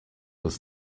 was